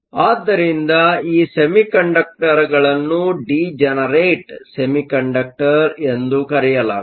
ಆದ್ದರಿಂದ ಈ ಸೆಮಿಕಂಡಕ್ಟರ್ಗಳನ್ನು ಡಿಜೆನೆರೇಟ್ ಸೆಮಿಕಂಡಕ್ಟರ್ ಎಂದು ಕರೆಯಲಾಗುತ್ತದೆ